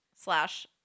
Slash